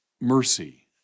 mercy